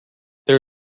there